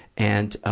and, ah,